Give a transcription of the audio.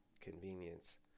convenience